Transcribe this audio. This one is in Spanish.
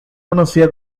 conocida